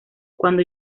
cuando